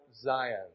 Zion